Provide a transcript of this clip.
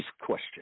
question